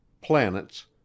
planets